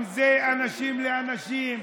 אם זה אנשים לאנשים,